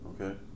Okay